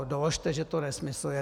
Doložte, že to nesmysl je.